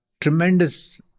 tremendous